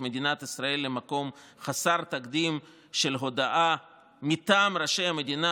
מדינת ישראל למקום חסר תקדים של הודאה מטעם ראשי המדינה